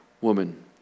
woman